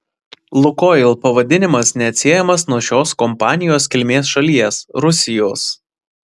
lukoil pavadinimas neatsiejamas nuo šios kompanijos kilmės šalies rusijos